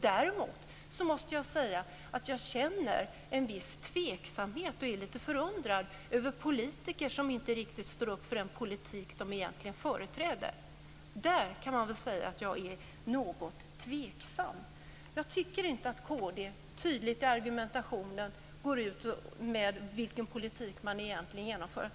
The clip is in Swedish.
Däremot måste jag säga att jag känner en viss tveksamhet och är lite förundrad över politiker som inte riktigt står upp för den politik som de egentligen företräder. Där kan man väl säga att jag är något tveksam. Jag tycker inte att kristdemokraterna tydligt i sin argumentation går ut med vilken politik man egentligen vill genomföra.